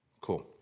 cool